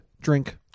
drink